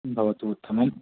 भवतु उत्तमम्